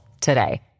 today